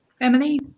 emily